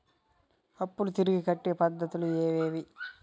అప్పులు తిరిగి కట్టే పద్ధతులు ఏవేవి